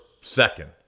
second